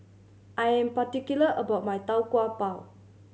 I am particular about my Tau Kwa Pau